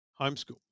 homeschool